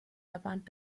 verband